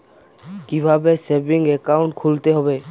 কীভাবে savings account খুলতে হবে?